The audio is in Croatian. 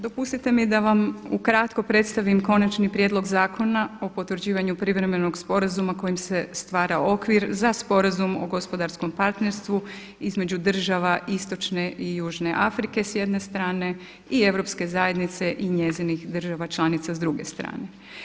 Dopustite mi da vam ukratko predstavim Konačni prijedlog Zakona o potvrđivanju privremenog sporazuma kojim se stvara okvir za sporazum o gospodarskom partnerstvu između država članica istočne i južne Afrike, s jedne strane, i Europske zajednice i njezinih država članica, s druge strane.